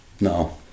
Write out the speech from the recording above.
No